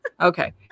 Okay